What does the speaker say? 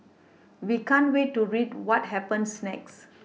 we can't wait to read what happens next